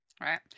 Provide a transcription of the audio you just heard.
Right